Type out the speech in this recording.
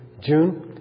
June